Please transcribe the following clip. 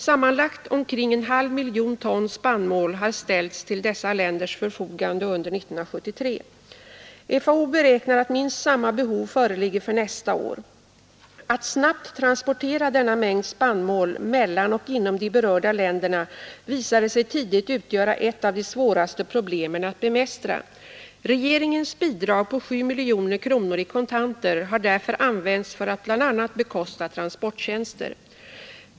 Sammanlagt omkring en halv miljon ton spannmål har ställts till dessa länders förfogande under 1973. FAO beräknar att minst samma behov föreligger för nästa år. Att snabbt transportera denna mängd spannmål mellan och inom de berörda länderna visade sig tidigt utgöra ett av de svåraste problemen att bemästra. Regeringens bidrag på 7 miljoner kronor i kontanter har därför använts för att bl.a. bekosta transporttjänster.